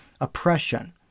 oppression